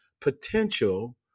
potential